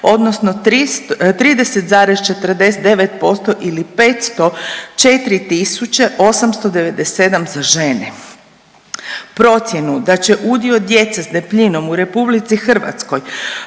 odnosno 30,49% ili 504.897 za žene. Procjenu da će udio djece s debljinom u RH u 2030.g.